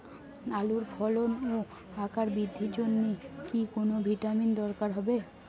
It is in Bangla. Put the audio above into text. আলুর ফলন ও আকার বৃদ্ধির জন্য কি কোনো ভিটামিন দরকার হবে?